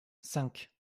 cinq